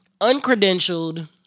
uncredentialed